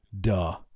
duh